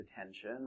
attention